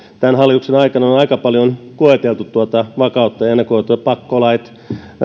tämän hallituksen aikana on on aika paljon koeteltu tuota vakautta ja ennakoitavuutta pakkolait